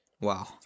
Wow